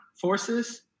forces